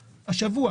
השבוע.